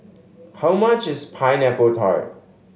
how much is Pineapple Tart